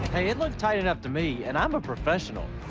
hey, it looked tight enough to me, and i'm a professional.